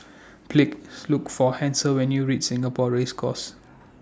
Please Look For Hasel when YOU REACH Singapore Race Course